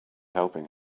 helping